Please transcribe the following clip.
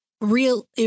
real